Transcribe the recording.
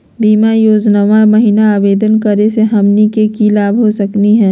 बीमा योजना महिना आवेदन करै स हमनी के की की लाभ हो सकनी हे?